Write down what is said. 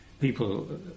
People